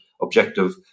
objective